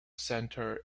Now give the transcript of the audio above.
center